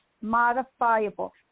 modifiable